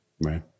Right